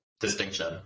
distinction